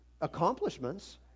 accomplishments